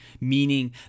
meaning